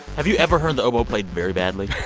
have you ever heard the oboe played very badly?